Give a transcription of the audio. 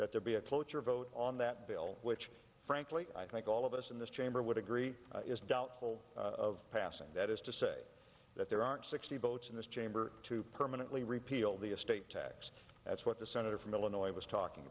that there be a cloture vote on that bill which frankly i think all of us in this chamber would agree is doubtful of passing that is to say that there aren't sixty votes in this chamber to permanently repeal the estate tax that's what the senator from illinois was talking